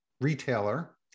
retailer